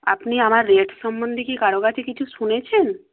আপনি আমার রেট সম্বন্ধে কি কারও কাছে কিছু শুনেছেন